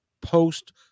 post